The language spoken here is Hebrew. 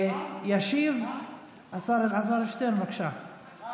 ישיב השר אלעזר שטרן, בבקשה.